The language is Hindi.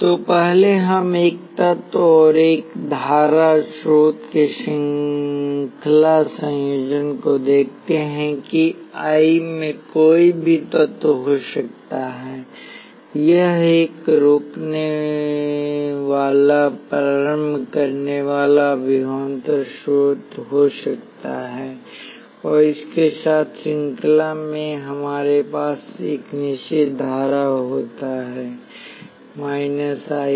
तो पहले हम एक तत्व और एक धारा स्रोत के श्रृंखला संयोजन को देखते हैं कि I में कोई भी तत्व हो सकता है यह एक रोकनेवाला प्रारंभ करनेवाला विभवांतर स्रोत हो सकता है और इसके साथ श्रृंखला में हमारे पास एक निश्चित धारा होता है - I